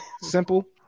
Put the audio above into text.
simple